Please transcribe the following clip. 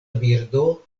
birdo